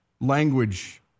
language